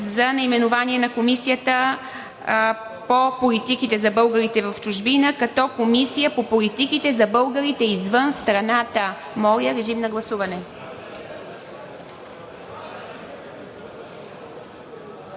за наименование на Комисията по политиките за българите в чужбина като „Комисия по политиките за българите извън страната.“ Моля, режим на гласуване.